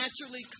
naturally